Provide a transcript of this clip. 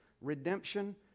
Redemption